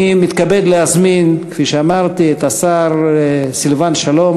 אני מתכבד להזמין, כפי שאמרתי, את השר סילבן שלום